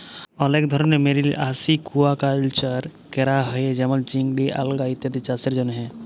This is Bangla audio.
অলেক ধরলের মেরিল আসিকুয়াকালচার ক্যরা হ্যয়ে যেমল চিংড়ি, আলগা ইত্যাদি চাসের জন্হে